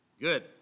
Good